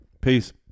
Peace